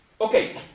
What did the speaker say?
Okay